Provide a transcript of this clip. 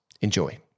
Enjoy